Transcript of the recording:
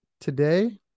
Today